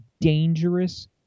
dangerous